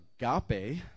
agape